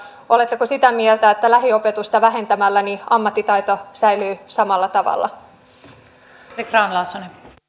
oletteko sitä mieltä että lähiopetusta vähentämällä ammattitaito säilyy samalla tavalla